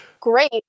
great